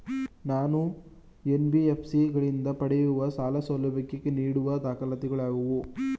ನಾನು ಎನ್.ಬಿ.ಎಫ್.ಸಿ ಗಳಿಂದ ಪಡೆಯುವ ಸಾಲ ಸೌಲಭ್ಯಕ್ಕೆ ನೀಡುವ ದಾಖಲಾತಿಗಳಾವವು?